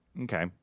Okay